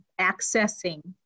accessing